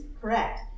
correct